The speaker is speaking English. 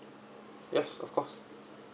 yes of course